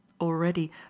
already